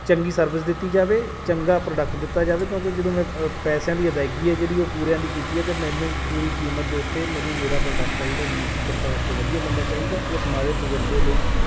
ਚੰਗੀ ਸਰਵਿਸ ਦਿੱਤੀ ਜਾਵੇ ਚੰਗਾ ਪ੍ਰੋਡਕਟ ਦਿੱਤਾ ਜਾਵੇ ਕਿਉਂਕਿ ਜਦੋਂ ਮੈਂ ਪੈਸਿਆਂ ਦੀ ਅਦਾਇਗੀ ਹੈ ਜਿਹੜੀ ਉਹ ਪੂਰਿਆਂ ਦੀ ਕੀਤੀ ਹੈ ਅਤੇ ਮੈਨੂੰ ਪੂਰੀ ਕੀਮਤ ਦੇ ਉੱਤੇ ਮੈਨੂੰ ਮੇਰਾ ਪ੍ਰੋਡਕਟ ਆ ਜਿਹੜਾ ਉਹ ਮੈਨੂੰ ਕਿਰਪਾ ਕਰਕੇ ਵਧੀਆ ਮਿਲਣਾ ਚਾਹੀਦਾ ਇਸ ਮਾੜੇ ਤਜ਼ਰਬੇ ਲਈ